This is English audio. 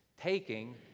taking